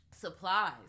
supplies